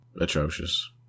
atrocious